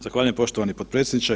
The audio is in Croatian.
Zahvaljujem poštovani potpredsjedniče.